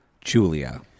Julia